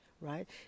right